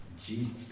Jesus